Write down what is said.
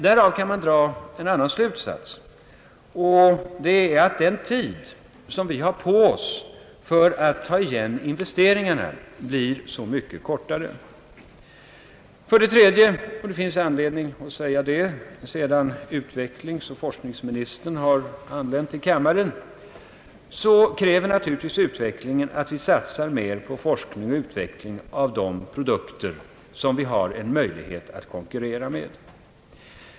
Därav kan man dra en annan slutsats, nämligen att den tid krymper som vi har på oss för att ta igen investeringarna. För det tredje — det finns särskild anledning att säga det sedan utvecklingsoch forskningsministern har anlänt till kammaren — kräver naturligt vis utvecklingen att vi satsar mer på forskning och utveckling av de produkter som vi har en möjlighet att konkurrera med.